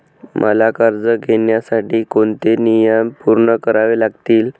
मला कर्ज घेण्यासाठी कोणते नियम पूर्ण करावे लागतील?